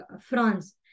France